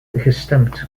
gestemd